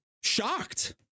shocked